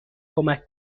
کمک